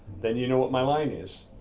then you know what my line is,